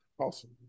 Awesome